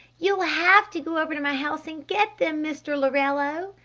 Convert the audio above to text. you'll have to go over to my house and get them mr. lorello!